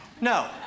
No